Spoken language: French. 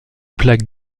plaque